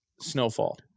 snowfall